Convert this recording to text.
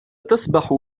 تسبح